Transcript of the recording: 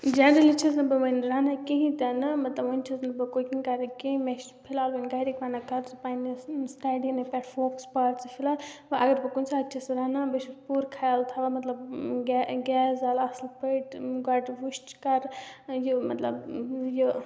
generally چھیٚس نہٕ بہٕ وُنہِ رَنان کِہیٖنۍ تہِ نہٕ مطلب وُنہِ چھیٚس نہٕ بہٕ کُکِنٛگ کَران کیٚنٛہہ مےٚ چھِ فی الحال وُنہِ گھرِکۍ وَنان کَر ژٕ پننِس ٲں سٹیڈیٖنٕے پٮ۪ٹھ فوکَس پَر ژٕ فی الحال وۄنۍ اگر بہٕ کُنہِ ساتہٕ چھیٚس رَنان بہٕ چھیٚس پوٗرٕ خیال تھاوان مطلب گیس زالہٕ اصٕل پٲٹھۍ گۄڈٕ وُچہِ کَرٕ یہِ مطلب یہِ